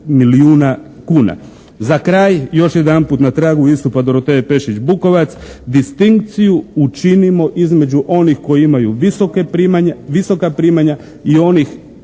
Za kraj još jedanput na tragu istupa Dorotee Pešić-Bukovac distinkciju učinimo između onih koji imaju visoka primanja i onih